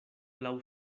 laŭ